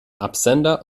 absender